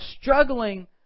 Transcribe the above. struggling